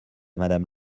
madame